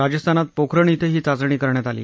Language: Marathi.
राजस्थानात पोखरण क्वे ही चाचणी करण्यात आली